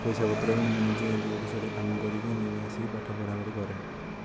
ପଇସା ପତ୍ର ବି ମୁଁ ନିଜେ ଯେଉଁଠି ସେଇଠି କାମ କରି କି ନେଇ ଆସିକି ପାଠ ପଢ଼ା ପଢ଼ି କରେ